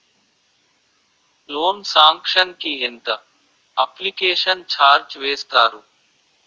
Loan sanction కి ఎంత application charge వేస్తారు?